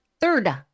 Third